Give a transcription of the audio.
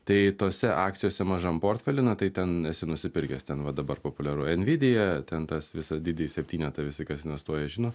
tai tose akcijose mažam portfely na tai ten esi nusipirkęs ten va dabar populiaru nvidia ten tas visą didįjį septynetą visi kas investuoja žino